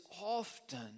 often